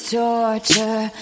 torture